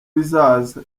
bizaza